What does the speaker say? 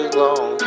long